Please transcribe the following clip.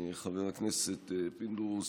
חבר הכנסת פינדרוס.